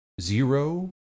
Zero